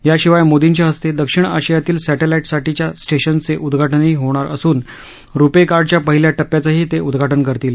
याशिवाय मोदींच्या हस्ते दक्षिण आशियातील सॅ लाई साठीच्या स्प्रेशनचेही उद्घा न होणार असून रुपे कार्डच्या पहील्या प्प्याचंही ते उद्घा न करतील